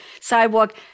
sidewalk